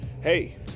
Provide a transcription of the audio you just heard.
hey